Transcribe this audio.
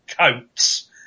coats